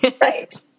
Right